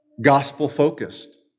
gospel-focused